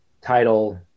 title